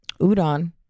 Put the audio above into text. udon